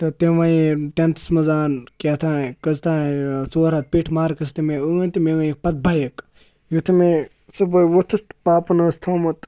تہٕ تٔمۍ وَنے ٹٮ۪نتھَس منٛز اَن کیٛاہ تام کٔژ تام ژور ہَتھ پیٚٹھۍ مارکٕس تہِ مےٚ أنۍ تہٕ مےٚ أنِکھ پَتہٕ بایِک یُتھُے مےٚ صُبحٲے ووٚتھُس پاپَن ٲس تھوٚمُت